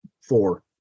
four